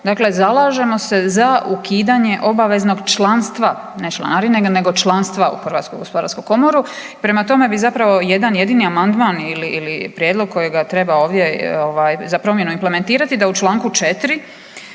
dakle zalažemo se za ukidanje obaveznog članstva ne članarine nego članstva u HGK. Prema tome bi zapravo jedan jedini amandman ili prijedlog kojega treba ovdje za promjenu implementirati da u članku 4.